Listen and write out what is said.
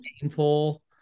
painful